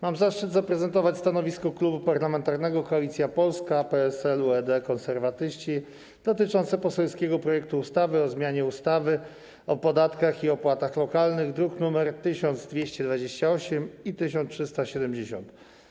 Mam zaszczyt zaprezentować stanowisko Klubu Parlamentarnego Koalicja Polska - PSL, UED, Konserwatyści dotyczące poselskiego projektu ustawy o zmianie ustawy o podatkach i opłatach lokalnych, druki nr 1228 i 1370.